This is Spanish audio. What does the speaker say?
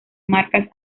marcas